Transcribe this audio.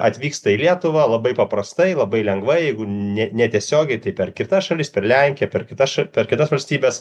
atvyksta į lietuvą labai paprastai labai lengvai jeigu netiesiogiai tai per kitas šalis per lenkiją per kitas ša per kitas valstybes